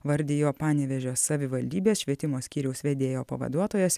vardijo panevėžio savivaldybės švietimo skyriaus vedėjo pavaduotojas